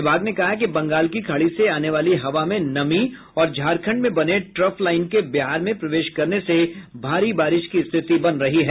विभाग ने कहा है कि बंगाल की खाड़ी से आने वाली हवा में नमी और झारखंड में बने ट्रफ लाईन के बिहार में प्रवेश करने से भारी बारिश की स्थिति बन रही है